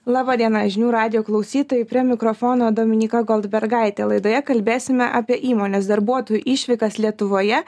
laba diena žinių radijo klausytojai prie mikrofono dominyka goldbergaitė laidoje kalbėsime apie įmonės darbuotojų išvykas lietuvoje